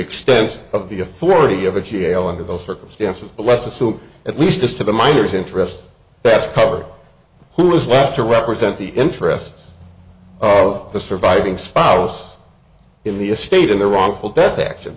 extension of the authority of the g a o under those circumstances but let's assume at least as to the minors interest that's covered who is left to represent the interests of the surviving spouse in the estate in the wrongful death action